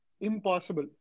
impossible